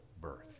birth